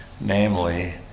namely